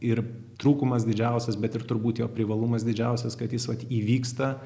ir trūkumas didžiausias bet ir turbūt jo privalumas didžiausias kad jis vat įvyksta